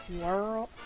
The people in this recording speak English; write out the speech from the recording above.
World